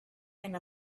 and